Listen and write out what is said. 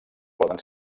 poden